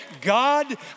God